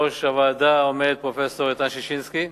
בראש הוועדה עומד פרופסור איתן ששינסקי.